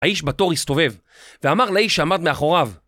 האיש בתור הסתובב, ואמר לאיש שעמד מאחוריו.